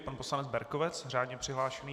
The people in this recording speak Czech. Pan poslanec Berkovec, řádně přihlášený.